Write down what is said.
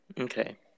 okay